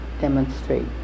demonstrate